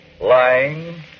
Lying